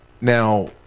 now